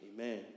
Amen